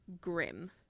grim